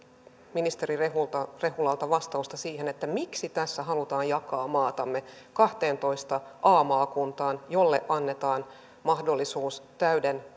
ministeri rehulalta rehulalta vastausta siihen miksi tässä halutaan jakaa maatamme kahteentoista a maakuntaan joille annetaan mahdollisuus täyden